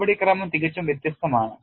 നടപടിക്രമം തികച്ചും വ്യത്യസ്തമാണ്